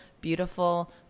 beautiful